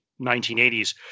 1980s